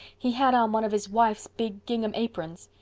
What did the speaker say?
he had on one of his wife's big gingham aprons.